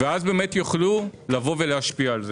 ואז באמת יוכלו לבוא ולהשפיע על זה.